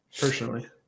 Personally